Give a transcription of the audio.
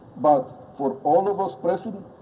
but for all of us present,